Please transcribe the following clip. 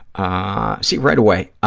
ah see, right away,